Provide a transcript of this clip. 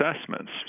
assessments